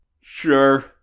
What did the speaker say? Sure